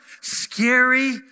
scary